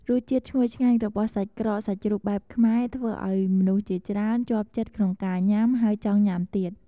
រសជាតិឈ្ងុយឆ្ងាញ់របស់សាច់ក្រកសាច់ជ្រូកបែបខ្មែរ ធ្វើឱ្យមនុស្សជាច្រើន ជាប់ចិត្តក្នងការញុាំហើយចង់ញុាំទៀត។